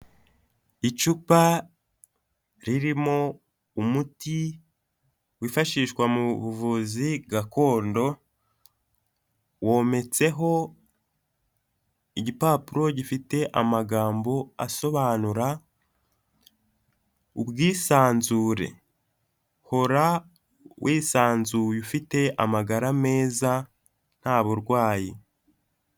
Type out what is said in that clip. Icupa ririmo umuti wifashishwa mu buvuzi gakondo, wometseho igipapuro gifite amagambo asobanura ubwisanzure, hora wisanzuye ufite amagara meza nta burwayi.